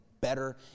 better